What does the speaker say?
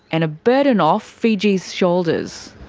and a burden off fiji's shoulders.